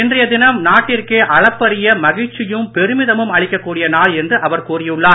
இன்றைய தினம் நாட்டிற்கே அளப்பறிய மகிழ்ச்சியும் பெருமிதமும் அளிக்க கூடிய நாள் என்று அவர் கூறியுள்ளார்